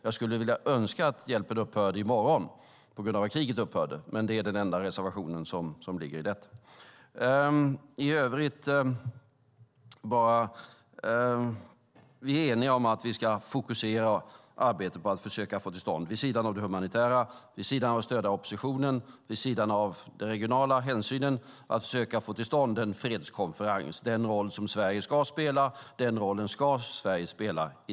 Jag skulle vilja önska att hjälpen upphörde i morgon på grund av att kriget upphört. Men det är den enda reservationen. Vi är eniga om att vi vid sidan av det humanitära arbetet, stödet till oppositionen och den regionala hänsynen ska fokusera arbetet på att försöka få till stånd en fredskonferens. Det är en roll som Sverige ska spela i detta hänseende.